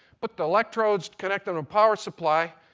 but the electrodes, connect on a power supply,